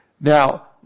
Now